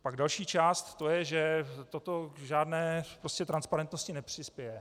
Pak další část je, že toto žádné transparentnosti nepřispěje.